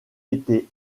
était